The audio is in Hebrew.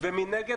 ומנגד,